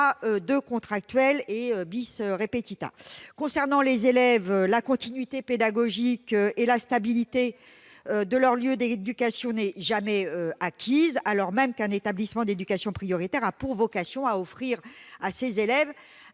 de contractuels, etc. Concernant les élèves, la continuité pédagogique et la stabilité de leur lieu d'éducation ne sont jamais acquises, alors même qu'un établissement d'éducation prioritaire a pour vocation d'offrir à ses élèves